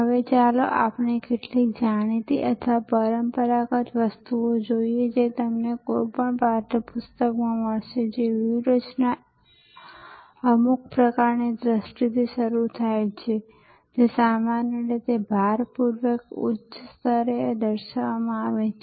હવે ચાલો આપણે કેટલીક જાણીતી અથવા પરંપરાગત વસ્તુઓ જોઈએ જે તમને કોઈપણ પાઠ્ય પુસ્તકમાં મળશે જે વ્યૂહરચના અમુક પ્રકારની દ્રષ્ટિથી શરૂ થાય છે જે સામાન્ય રીતે ભારપૂર્વક ઉચ્ચ સ્તરે દર્શાવવામાં આવે છે